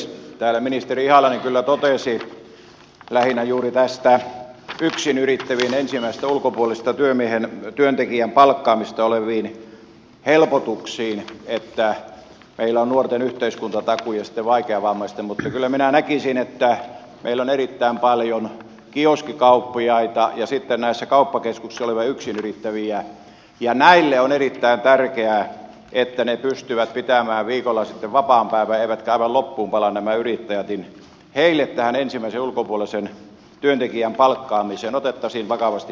täällä ministeri ihalainen kyllä totesi lähinnä juuri näistä yksinyrittävien ensimmäisen ulkopuolisen työntekijän palkkaamiseen liittyvistä helpotuksista että meillä on nuorten yhteiskuntatakuu ja sitten vaikeavammaisten mutta kyllä minä näkisin että kun meillä on erittäin paljon kioskikauppiaita ja näissä kauppakeskuksissa olevia yksinyrittäviä ja heille on erittäin tärkeää että he pystyvät pitämään viikolla vapaan päivän etteivät aivan loppuun pala niin tähän ensimmäisen ulkopuolisen työntekijän palkkaamiseen kiinnitettäisiin vakavasti huomiota